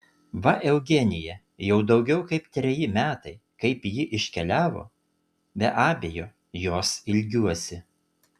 va eugenija jau daugiau kaip treji metai kaip ji iškeliavo be abejo jos ilgiuosi